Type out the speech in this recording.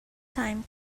time